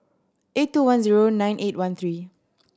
eight two one zero nine eight one three